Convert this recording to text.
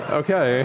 okay